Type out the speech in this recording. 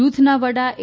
જુથના વડા એ